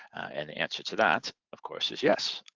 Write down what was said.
and the answer to that of course is yes.